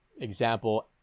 example